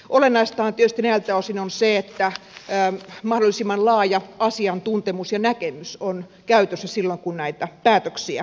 olennaistahan on tietysti näiltä osin se että käytössä on mahdollisimman laaja asiantuntemus ja näkemys silloin kun näitä päätöksiä käytännössä tehdään